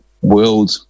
World